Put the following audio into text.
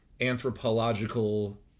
anthropological